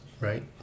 right